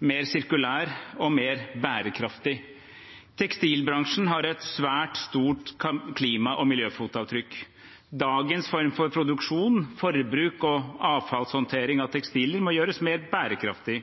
mer sirkulær og mer bærekraftig. Tekstilbransjen har et svært stort klima- og miljøfotavtrykk. Dagens form for produksjon, forbruk og avfallshåndtering av tekstiler må gjøres mer bærekraftig.